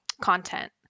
content